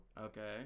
Okay